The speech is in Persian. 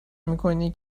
میکنی